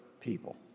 people